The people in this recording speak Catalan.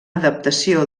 adaptació